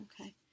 Okay